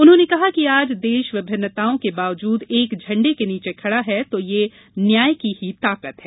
उन्होंने कहा कि आज देश विभिन्नताओं के बावजूद एक झण्डे के नीचे खड़ा है तो यह न्याय की ही ताकत है